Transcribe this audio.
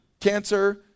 cancer